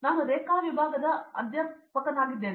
ನಾನು ರೇಖಾ ವಿಭಾಗದ ಅಧ್ಯಾಪಕನಾಗಿದ್ದೇನೆ